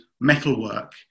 metalwork